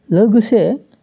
लोगोसे